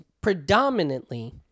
predominantly